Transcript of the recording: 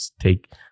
take